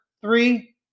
three